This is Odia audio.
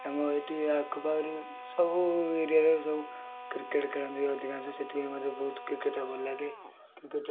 ମୁଁ ଏଠି ଆଖପାଖରେ ସବୁ ଏରିଆର ସବୁ କ୍ରିକେଟ୍ ଖେଳନ୍ତି ଅଧିକାଂଶ ସେଥିପାଇଁ ମୋତେ ବହୁତ କ୍ରିକେଟ୍ ଭଲ ଲାଗେ କ୍ରିକେଟ୍